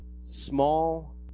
small